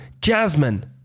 Jasmine